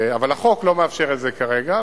אבל החוק לא מאפשר את זה כרגע,